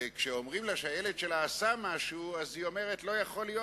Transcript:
וכשאומרים לה שהילד שלה עשה משהו היא אומרת: לא יכול להיות.